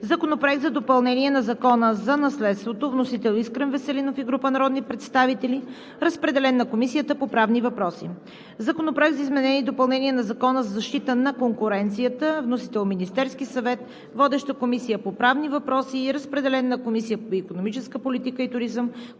Законопроект за допълнение на Закона за наследството. Вносител – Искрен Веселинов и група народни представители. Разпределен е на Комисията по правни въпроси. Законопроект за изменение и допълнение на Закона за защита на конкуренцията. Вносител – Министерският съвет. Водеща е Комисията по правни въпроси. Разпределен на Комисията по икономическа политика и туризъм,